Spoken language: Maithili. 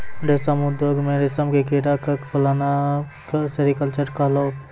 रेशम उद्योग मॅ रेशम के कीड़ा क पालना सेरीकल्चर कहलाबै छै